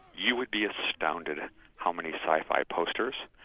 you would be astounded at how many sci-fi posters,